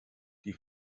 die